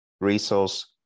resource